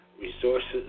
Resources